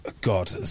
God